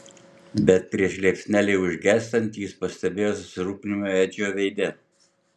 bet prieš liepsnelei užgęstant jis pastebėjo susirūpinimą edžio veide